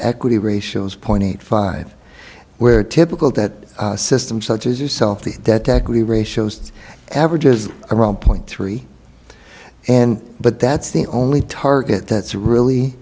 equity ratios point eight five where typical that system such as yourself the debt equity ratios average is around point three and but that's the only target that's really